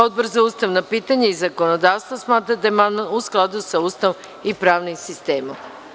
Odbor za ustavna pitanja i zakonodavstvo smatra da je amandman u skladu sa Ustavom i pravnim sistemom.